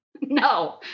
no